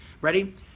ready